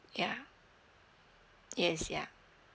yeah yes yeah